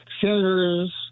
senators